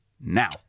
now